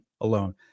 alone